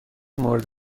مورد